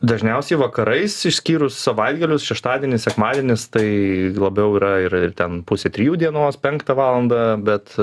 dažniausiai vakarais išskyrus savaitgalius šeštadienis sekmadienis tai labiau yra ir ten pusę trijų dienos penktą valandą bet